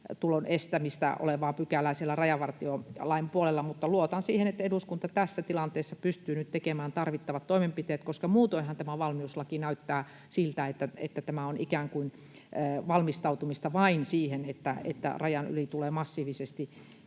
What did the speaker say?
maahantulon estämistä koskevaa pykälää siellä rajavartiolain puolella, mutta luotan siihen, että eduskunta tässä tilanteessa pystyy nyt tekemään tarvittavat toimenpiteet, koska muutoinhan tämä valmiuslaki näyttää siltä, että tämä on ikään kuin vain valmistautumista siihen, että rajan yli tulee massiivisesti